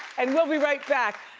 and we'll be right back.